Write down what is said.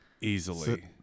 easily